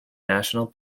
national